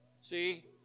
See